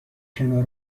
کنار